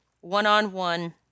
one-on-one